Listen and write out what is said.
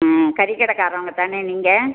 ம் கறிக்கடைக்காரவங்க தானே நீங்கள்